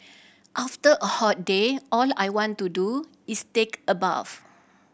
after a hot day all I want to do is take a bath